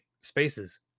spaces